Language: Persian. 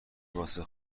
واسه